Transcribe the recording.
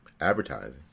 advertising